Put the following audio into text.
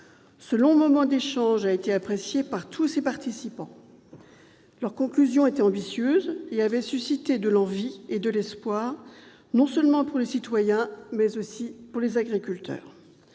Ce long moment d'échanges a été apprécié par tous ses participants. Leurs conclusions étaient ambitieuses et avaient suscité de l'envie et de l'espoir, non seulement pour les citoyens, mais aussi pour les agriculteurs.